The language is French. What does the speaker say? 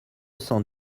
cent